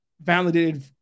validated